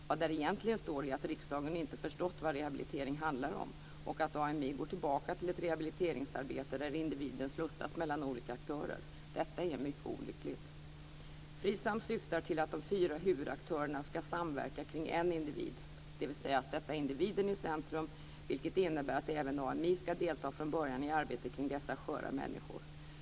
Vad där egentligen står är att riksdagen inte förstått vad rehabilitering handlar om och att AMI går tillbaka till ett rehabiliteringsarbete där individen slussas mellan olika aktörer. Detta är mycket olyckligt. FRISAM syftar till att de fyra huvudaktörerna ska samverka kring en individ, dvs. sätta individen i centrum, vilket innebär att även AMI ska delta från början i arbetet kring dessa sköra människor.